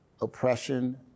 oppression